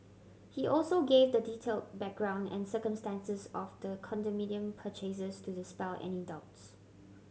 he also gave the detailed background and circumstances of the condominium purchases to dispel any doubts